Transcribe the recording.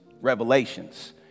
Revelations